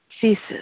ceases